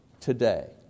today